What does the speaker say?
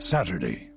Saturday